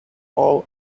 all